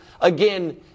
again